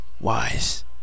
wise